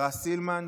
לשרה סילמן,